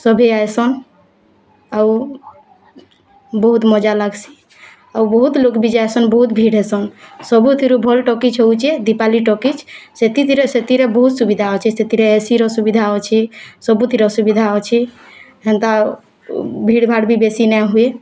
ସଭିଏଁ ଆଇସନ୍ ଆଉ ବହୁତ୍ ମଜା ଲାଗ୍ସି ଆଉ ବହୁତ୍ ଲୋକ୍ ବି ଯାଏସନ୍ ବହୁତ୍ ଭିଡ଼୍ ହେଇସନ୍ ସବୁଥିରୁ ଭଲ୍ ଟକିଜ୍ ହଉଛେ ଦୀପାଲି ଟକିଜ୍ ସେଥିରେ ବହୁତ୍ ସୁବିଧା ଅଛି ସେଥିରେ ଏସିର ସୁବିଧା ଅଛି ସବୁଥିର ସୁବିଧା ଅଛି ହେନ୍ତା ଭିଡ଼୍ ଭାଡ଼୍ ବି ବେଶୀ ନାଇ ହୁଏ